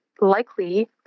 likely